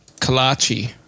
Kalachi